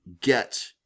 get